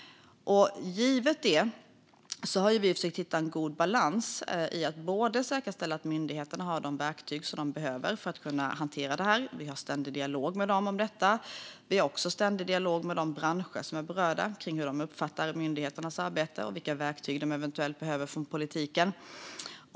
Givet det har vi försökt hitta en god balans när det gäller att säkerställa att myndigheterna har de verktyg som de behöver för att kunna hantera detta. Vi har en ständig dialog med dem om detta. Vi har också en ständig dialog med de branscher som är berörda kring hur de uppfattar myndigheternas arbete och vilka verktyg de eventuellt behöver från politiken.